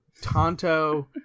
Tonto